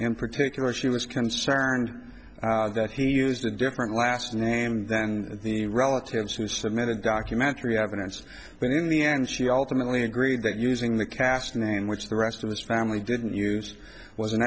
in particular she was concerned that he used a different last name than the relatives who submitted documentary evidence but in the end she alternately agreed that using the cast name which the rest of the family didn't use was an